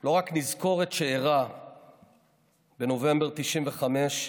לא רק נזכור את שאירע בנובמבר 1995,